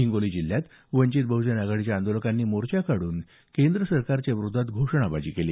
हिंगोली जिल्ह्यात वंचित बहजन आघाडीच्या आंदोलकांनी मोर्चा काढून केंद्र सरकारच्या विरोधात घोषणाबाजी केली